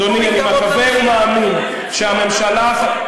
אני מקווה ומאמין שהממשלה,